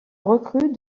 recrue